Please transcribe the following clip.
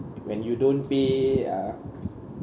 when you don't pay ah